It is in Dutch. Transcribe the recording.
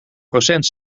procent